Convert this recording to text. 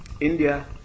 India